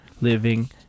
living